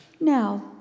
Now